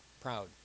Proud